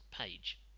page